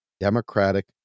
democratic